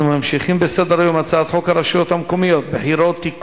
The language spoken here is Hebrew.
אנחנו ממשיכים בסדר-היום: הצעת חוק הרשויות המקומיות (בחירות) (תיקון,